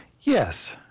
yes